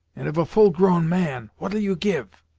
and of a full grown man what'll you give?